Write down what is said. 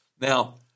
Now